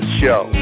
show